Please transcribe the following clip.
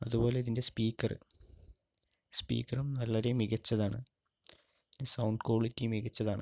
അതുപോലെ ഇതിൻ്റെ സ്പീക്കറ് സ്പീക്കറും വളരെ മികച്ചതാണ് സൗണ്ട് ക്വാളിറ്റി മികച്ചതാണ്